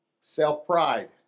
self-pride